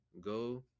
go